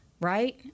right